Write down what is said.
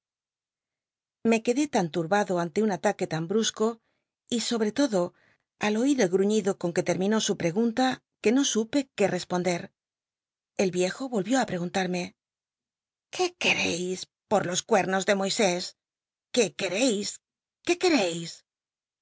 me quedé tan turbado ante un ataque tan bruoco y sohre todo al oir el gruiiido con que terminó su biblioteca nacional de españa da vid copperfield pregunta que no supe qué responder el viejo vol vió á preguntarme qué querei por los cuernos de moisés qué quercis qué quereis